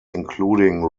including